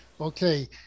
Okay